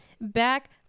Back